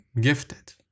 gifted